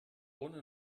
ohne